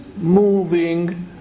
moving